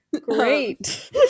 Great